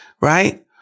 right